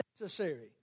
necessary